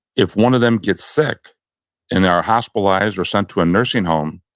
if one of them gets sick and are hospitalized or sent to a nursing home,